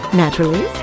naturally